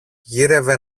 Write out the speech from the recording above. γύρευε